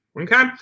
Okay